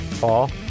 Paul